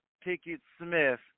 Pickett-Smith